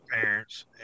parents